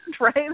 right